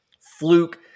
fluke